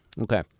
Okay